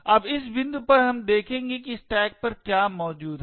अब इस बिंदु पर हम देखेंगे कि स्टैक पर क्या मौजूद है